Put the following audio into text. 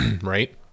right